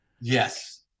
Yes